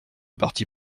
partie